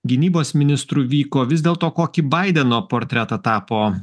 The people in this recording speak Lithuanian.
gynybos ministru vyko vis dėl to kokį baideno portretą tapo